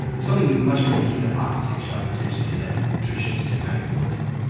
something much more akin to architecture potentially than traditional cinematic storytelling.